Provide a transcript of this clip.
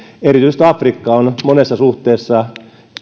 erityisesti afrikka on monessa suhteessa